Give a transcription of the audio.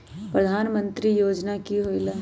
प्रधान मंत्री योजना कि होईला?